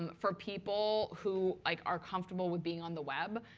for people who like are comfortable with being on the web,